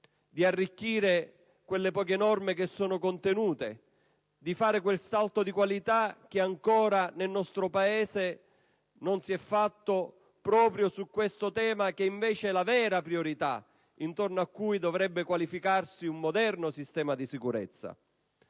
di arricchire quelle poche norme contenute e di fare quel salto di qualità che ancora nel nostro Paese non si è fatto, proprio su questo tema che invece è la vera priorità e intorno al quale dovrebbe qualificarsi un moderno sistema di sicurezza.